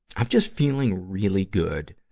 i'm just feeling really good.